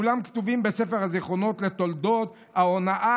כולם כתובים בספר הזיכרונות לתולדות ההונאה